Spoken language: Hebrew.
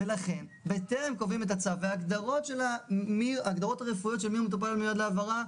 לכן בטרם קובעים את הצו וההגדרות הרפואיות של מיהו מטופל המיועד להעברה,